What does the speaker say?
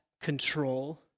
control